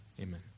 amen